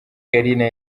carine